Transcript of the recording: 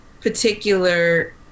particular